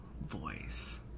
voice